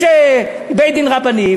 יש בית-דין רבני,